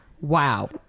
Wow